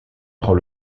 prend